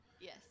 Yes